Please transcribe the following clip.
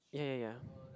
ya ya ya